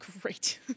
Great